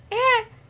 ya